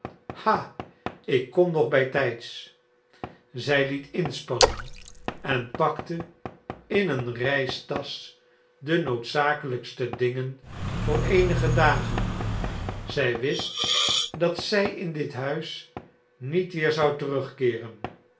ha ik kom nog bijtijds zij liet inspannen en pakte in een reistasch de noodzakelijkste dingen voor eenige dagen zij wist dat zij in dit huis niet weer zou terugkeeren